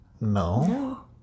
No